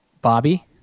Bobby